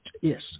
yes